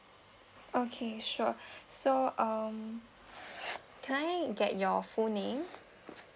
okay sure so um can I get your full name